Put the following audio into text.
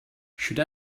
should